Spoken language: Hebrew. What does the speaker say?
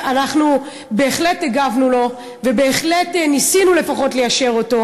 אנחנו בהחלט הגבנו לו ובהחלט ניסינו לפחות ליישר אותו.